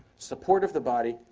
support of the body,